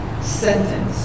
sentence